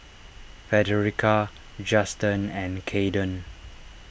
Frederica Juston and Kaeden